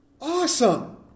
awesome